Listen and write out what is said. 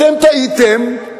אתם טעיתם.